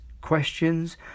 questions